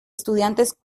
estudiantes